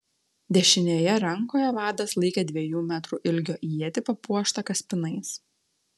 dešinėje rankoje vadas laikė dviejų metrų ilgio ietį papuoštą kaspinais